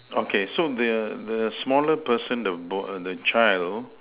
okay so the the smaller person the boy uh the child